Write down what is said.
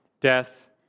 death